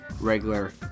regular